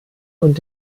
und